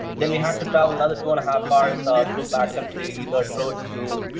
then we had to travel another two and a half hours ah to back country but roads to